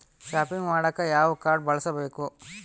Shopping ಮಾಡಾಕ ಯಾವ card ಬಳಸಬೇಕು?